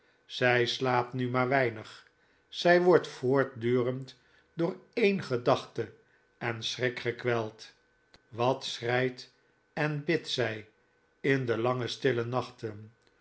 zij slaapt nu maar weinig zij wordt voortdurend door een gedachte en schrik gekweld wat schreit en bidt zij in de lange stille nachten